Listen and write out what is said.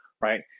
right